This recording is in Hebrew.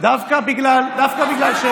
דווקא בגלל,